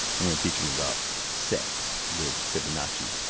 i'm gonna teach him about sex with fibonacci.